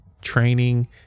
training